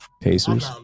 Pacers